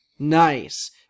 Nice